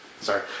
Sorry